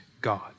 God